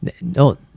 No